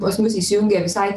paskui pas mus įsijungia visai